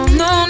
no